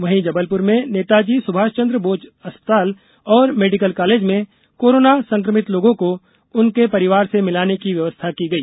वहीं जबलपुर में नेताजी सुभाषचंद बोस अस्पताल और मेडिकल कॉलेज में कोरोना संक्रमित लोगों को उनके परिवार से मिलाने की व्यवस्था की गई